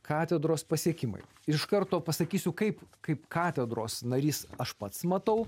katedros pasiekimai iš karto pasakysiu kaip kaip katedros narys aš pats matau